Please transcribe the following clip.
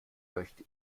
möchte